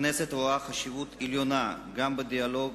הכנסת רואה חשיבות עליונה גם בדיאלוג